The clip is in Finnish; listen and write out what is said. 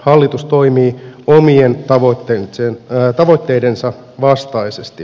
hallitus toimii omien tavoitteidensa vastaisesti